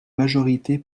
majorité